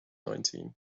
nineteen